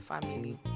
family